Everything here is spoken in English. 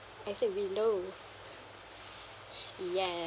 I said we know yes